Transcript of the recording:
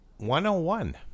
101